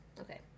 okay